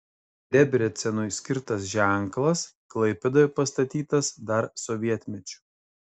debrecenui skirtas ženklas klaipėdoje pastatytas dar sovietmečiu